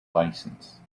license